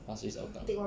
pasir ris hougang